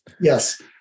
Yes